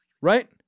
Right